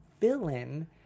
villain